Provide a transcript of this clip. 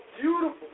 beautiful